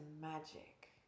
magic